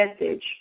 message